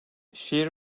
şehir